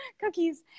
cookies